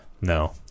No